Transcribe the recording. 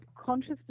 conscious